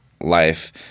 life